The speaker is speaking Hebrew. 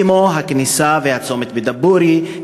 כמו הכניסה והצומת בדבורייה,